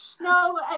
no